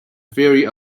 theory